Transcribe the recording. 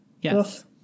yes